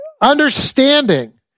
understanding